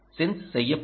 sense செய்யப்படும்